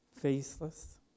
faceless